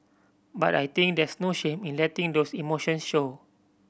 but I think there's no shame in letting those emotions show